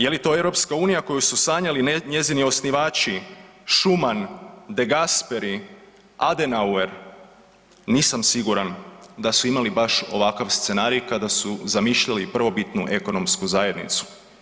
Je li to EU koju su sanjali njezini osnivači Schuman, De Gasperi, Adenauer nisam siguran da su imali baš ovakav scenarij kada su zamišljali prvobitnu Ekonomsku zajednicu.